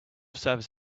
service